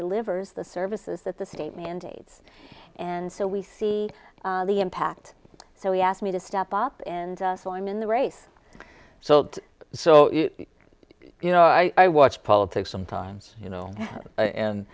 delivers the services that the state mandates and so we see the impact so he asked me to step up in the storm in the race so so you know i watch politics sometimes you know and